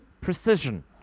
Precision